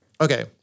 okay